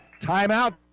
Timeout